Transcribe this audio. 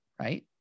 right